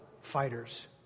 Fighters